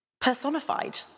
personified